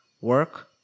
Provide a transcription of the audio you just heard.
Work